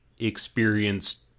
experienced